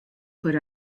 put